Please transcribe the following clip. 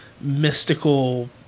mystical